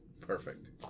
perfect